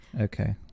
okay